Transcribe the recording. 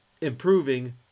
improving